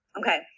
Okay